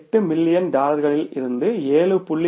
8 million டாலரிலிருந்து 7